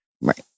Right